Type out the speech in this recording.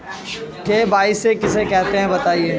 KYC किसे कहते हैं बताएँ?